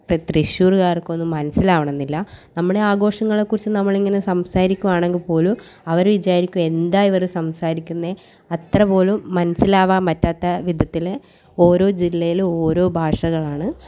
ഇപ്പോൾ തൃശ്ശൂർകാർക്കോ ഒന്നും മനസ്സിലാവണം എന്നില്ല നമ്മുടെ ആഘോഷങ്ങളെക്കുറിച്ച് നമ്മളിങ്ങനെ സംസാരിക്കുകയാണെങ്കിൽ പോലും അവർ വിചാരിക്കും എന്താ ഇവർ സംസാരിക്കുന്നത് അത്രപോലും മനസ്സിലാവാൻ പറ്റാത്ത വിധത്തിൽ ഓരോ ജില്ലയിൽ ഓരോ ഭാഷകളാണ്